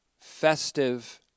festive